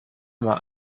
immer